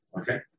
Okay